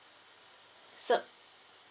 so